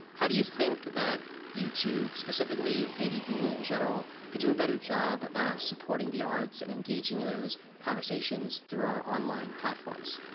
how do you think that youtube specifically, maybe google in general, could do a better job of supporting the arts and engaging those conversations through our online platforms?